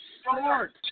start